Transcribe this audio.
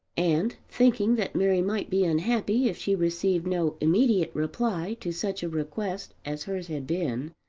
and thinking that mary might be unhappy if she received no immediate reply to such a request as hers had been,